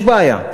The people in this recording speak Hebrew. יש בעיה.